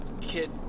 kid